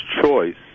choice